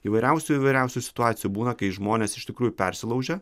įvairiausių įvairiausių situacijų būna kai žmonės iš tikrųjų persilaužia